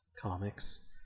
Comics